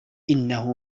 إنه